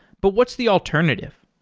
but what's the alternative?